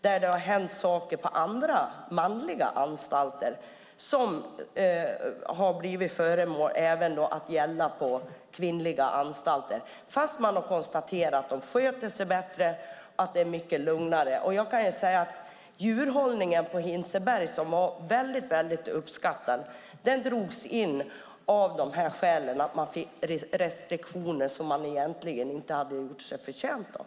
Det har hänt saker på manliga anstalter vilket resulterat i restriktioner även på kvinnliga anstalter. Det har skett trots att man kunnat konstatera att kvinnorna sköter sig bättre, att de är mycket lugnare. Jag kan nämna att djurhållningen på Hinseberg, som var väldigt uppskattad, drogs in av just det skälet. De fick restriktioner som de egentligen inte hade gjort sig förtjänta av.